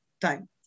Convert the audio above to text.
time